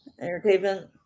entertainment